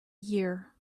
year